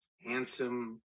Handsome